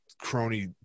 crony